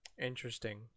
interesting